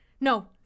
no